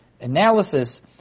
analysis